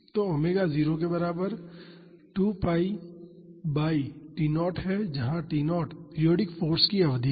तो ओमेगा 0 के बराबर 2 pi बाई T0 है जहां T0 पीरियाडिक फाॅर्स की अवधि है